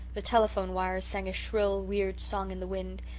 the telephone wires sang a shrill weird song in the wind,